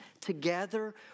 together